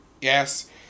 Yes